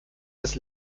das